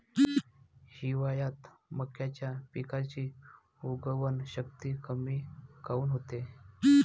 हिवाळ्यात मक्याच्या पिकाची उगवन शक्ती कमी काऊन होते?